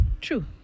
True